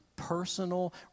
Personal